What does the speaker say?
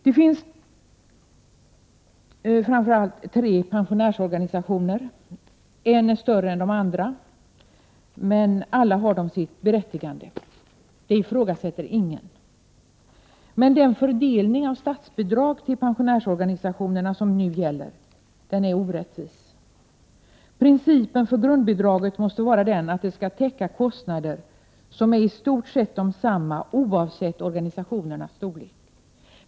Det finns framför allt tre pensionärsorganisationer. En är större än de andra, men alla har sitt berättigande — det ifrågasätter ingen. Den fördelning av statsbidrag till pensionärsorganisationerna som nu gäller är dock orättvis. Principen för grundbidraget måste vara att det skall täcka kostnader som är i stort sett desamma oavsett organisationernas storlek.